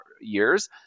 years